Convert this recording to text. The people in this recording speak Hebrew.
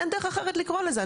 אין דרך אחרת לקרוא לזה,